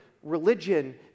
religion